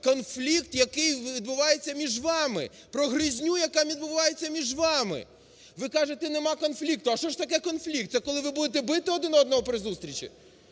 конфлікт, який відбувається між вами, про гризню, яка відбувається між вами. Ви кажете "нема конфлікту". А що ж таке конфлікт? Це коли ви будете бити один одного при зустрічі?